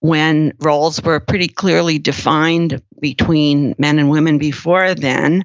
when roles were pretty clearly defined between men and women. before then,